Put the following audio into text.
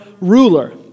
ruler